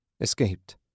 Escaped